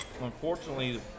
Unfortunately